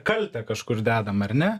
kaltę kažkur dedam ar ne